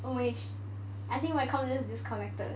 I think my comp just disconnected